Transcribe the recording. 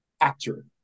actor